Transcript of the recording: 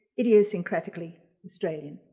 idiosyncratically australian.